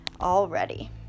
already